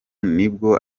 nibwo